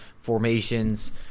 formations